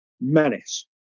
menace